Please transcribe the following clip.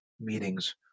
meetings